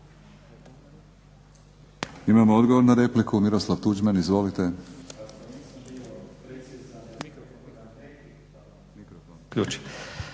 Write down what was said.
Imamo odgovor na repliku, Miroslav Tuđman. Izvolite.